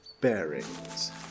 bearings